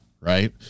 right